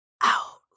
Out